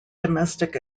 domestic